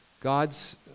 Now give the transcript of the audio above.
God's